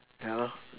yeah lor